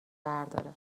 برداره